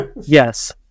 Yes